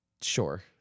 Sure